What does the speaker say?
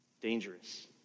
dangerous